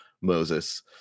moses